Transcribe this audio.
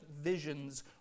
visions